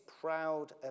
proud